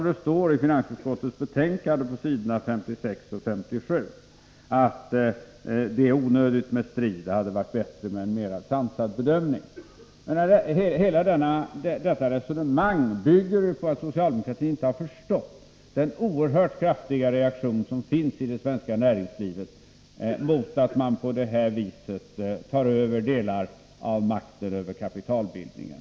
Det står också på s. 56 och 57 i finansutskottets betänkande att det är onödigt med strid och att det hade varit bättre med en mer sansad bedömning. Men hela detta resonemang bygger på att socialdemokraterna inte har förstått den oerhört kraftiga reaktion som finns i det svenska näringslivet mot att man på detta sätt tar över delar av makten över kapitalbildningen.